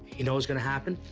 you know what's gonna happen?